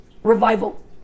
revival